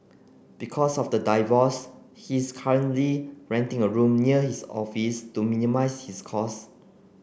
because of the divorce he is currently renting a room near his office to minimise his cost